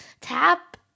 Tap